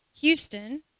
Houston